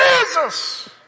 Jesus